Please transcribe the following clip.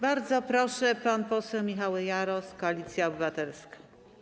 Bardzo proszę, pan poseł Michał Jaros, Koalicja Obywatelska.